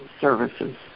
services